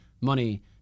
money